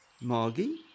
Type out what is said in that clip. Margie